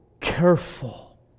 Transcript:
careful